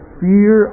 fear